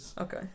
Okay